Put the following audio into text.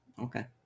Okay